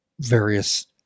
various